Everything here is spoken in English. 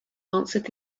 answered